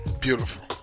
Beautiful